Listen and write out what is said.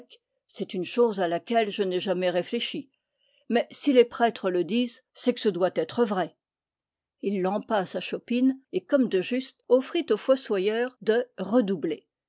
c'est une chose à laquelle je n'ai jamais réfléchi mais si les prêtres le disent c'est que ce doit être vrai é é é é é é é é é é é l lampa sa chopine et comme de juste offrit au fos soyeur de redoubler